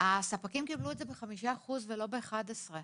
הספקים קיבלו את זה ב-5% ולא ב-11%.